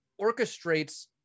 orchestrates